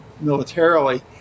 militarily